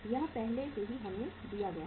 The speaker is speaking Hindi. यह पहले से ही हमें दिया गया है